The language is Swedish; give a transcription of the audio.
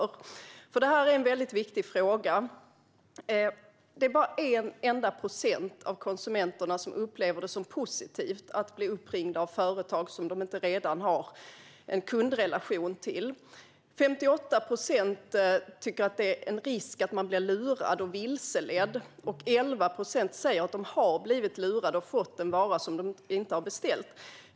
Det här är nämligen en väldigt viktig fråga. Bara en enda procent av konsumenterna upplever det som positivt att bli uppringda av företag som de inte redan har en kundrelation till. 58 procent tycker att det finns risk att man blir lurad och vilseledd, och 11 procent säger att de har blivit lurade och fått en vara som de inte har beställt.